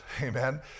Amen